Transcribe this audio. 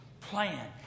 plan